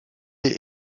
est